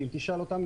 ואם תשאל אותם,